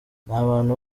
n’abantu